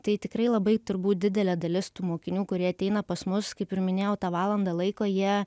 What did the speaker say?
tai tikrai labai turbūt didelė dalis tų mokinių kurie ateina pas mus kaip ir minėjau tą valandą laiko jie